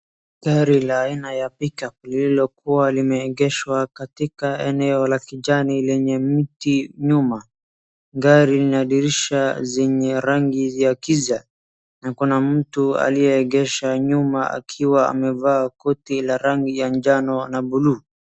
Gari la aina ya pick up lilokuwa limeegeshwa katika eneo la kijani lenye miti nyuma. Gari lina dirisha zenye rangi za giza na kuna mtu aliyegesha nyuma akiwa amevaa koti la rangi la njano na bluu.